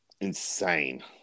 insane